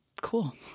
Cool